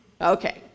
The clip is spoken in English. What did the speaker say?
Okay